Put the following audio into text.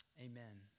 Amen